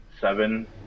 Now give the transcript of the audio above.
seven